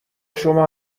شما